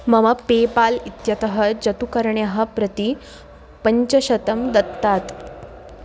मम पेपाल् इत्यतः जतुकर्ण्यः प्रति पञ्चशतं दत्तात्